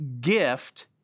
gift